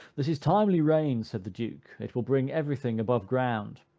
this is timely rain, said the duke, it will bring every thing above ground.